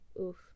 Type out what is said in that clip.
Oof